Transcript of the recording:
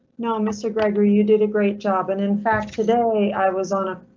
no, mr gregory. you did a great job and in fact today i was on a.